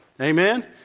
Amen